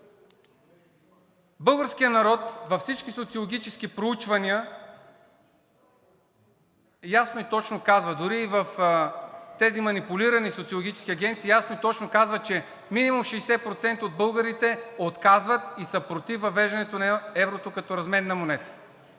Българският народ във всички социологически проучвания, дори и в тези манипулирани социологически агенции, ясно и точно казва, че минимум 60% от българите отказват и са против въвеждането на еврото като разменна монета.